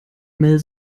mel